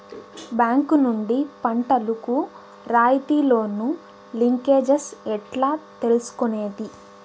Bank నుండి పంటలు కు రాయితీ లోను, లింకేజస్ ఎట్లా తీసుకొనేది?